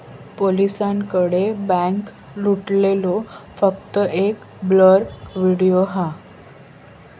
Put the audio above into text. पोलिसांकडे बॅन्क लुटलेलो फक्त एक ब्लर व्हिडिओ हा